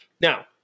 Now